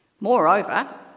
Moreover